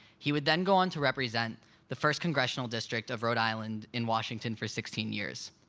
he would then go on to represent the first congressional district of rhode island, in washington, for sixteen years.